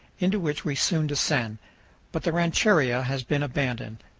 into which we soon descend but the rancheria has been abandoned.